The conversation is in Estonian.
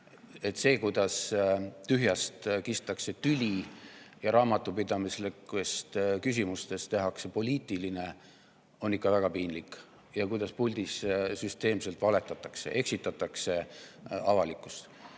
See, kuidas tühjast kistakse tüli ja raamatupidamislikud küsimused tehakse poliitiliseks, on ikka väga piinlik – ja kuidas puldis süsteemselt valetatakse, eksitatakse avalikkust. Mitte